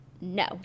no